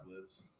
lives